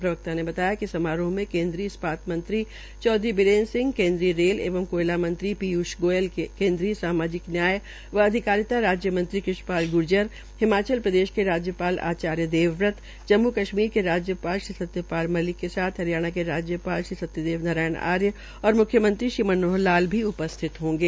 प्रवक्ता ने बताया कि समारोह में केन्द्रीय इस्पात मंत्री चौधरी बीरेन्द्र सिंह केन्द्रीय रेल एवं कोयला मंत्री पीयूष गोयल कन्द्रीय सामाजिक न्याय व अधिकारिता राज्य मंत्री कृष्ण शाल ग्र्जर हिमाचल प्रदेश के राज्य ाल आचार्य देवव्रत जम्मू कश्मीर के राज्य ाल श्री सत्या ाल मलिक के हरियाणा के राज्य ाल श्री सत्यदेव नारायण आर्य और म्ख्यमंत्री श्री मनोहर लाल उ स्थित होंगे